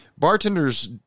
Bartenders